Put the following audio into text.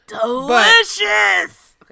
Delicious